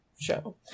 Show